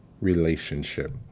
relationship